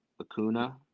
Acuna